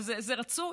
זה רצוי.